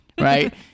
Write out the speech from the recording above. right